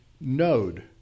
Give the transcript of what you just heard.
node